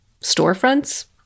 storefronts